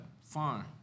fine